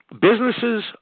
businesses